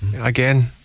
again